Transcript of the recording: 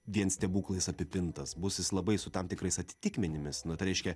vien stebuklais apipintas bus jis labai su tam tikrais atitikmenimis nu tai reiškia